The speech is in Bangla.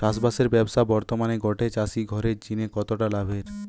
চাষবাসের ব্যাবসা বর্তমানে গটে চাষি ঘরের জিনে কতটা লাভের?